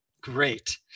Great